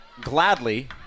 gladly